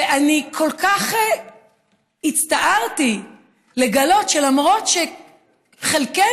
ואני כל כך הצטערתי לגלות שלמרות שחלקנו,